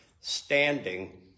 standing